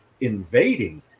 invading